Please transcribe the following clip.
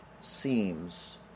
seems